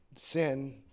sin